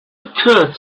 occurred